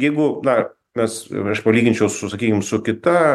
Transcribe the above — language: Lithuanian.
jeigu na mes ir aš palyginčiau su sakykim su kita